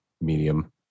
medium